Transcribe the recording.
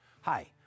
Hi